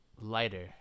lighter